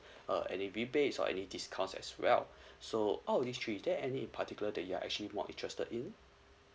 uh any rebates or any discounts as well so out of these three is there any particular that you are actually more interested in